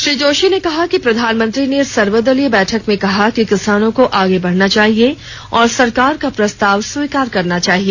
श्री जोशी ने कहा कि प्रधानमंत्री ने सर्वदलीय बैठक में कहा कि किसानों को आगे बढना चाहिए और सरकार का प्रस्ताव स्वीकार करना चाहिए